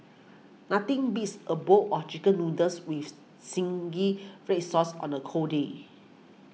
nothing beats a bowl of Chicken Noodles with Zingy Red Sauce on a cold day